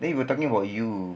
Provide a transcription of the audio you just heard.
then we were talking about you